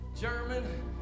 German